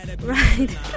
Right